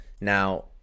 Now